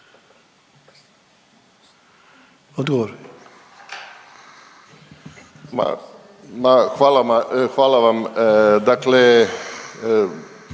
Evo, hvala vam.